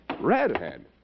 Redhead